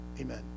amen